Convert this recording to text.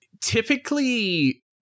typically